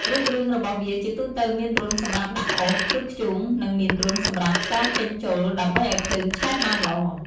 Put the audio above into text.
រូបរាងរបស់វាជាទូទៅមានរន្ធសម្រាប់ដាក់អុស ឬធ្យូង និងមានរន្ធសម្រាប់ខ្យល់ចេញចូល ដើម្បីឱ្យភ្លើងឆេះបានល្អ។